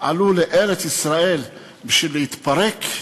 עלו לארץ-ישראל בשביל להתפרק?